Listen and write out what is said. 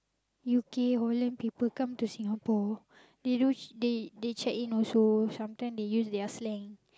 U_K Holland people come to Singapore they don't they they check in also sometime they use their slang